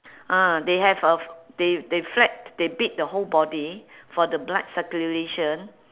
ah they have a f~ they they flap they beat the whole body for the blood circulation